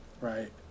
right